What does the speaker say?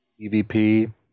EVP